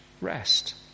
rest